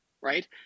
right